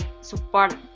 support